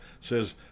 says